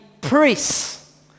priests